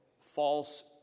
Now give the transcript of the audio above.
false